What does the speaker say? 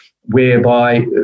whereby